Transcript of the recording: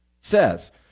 says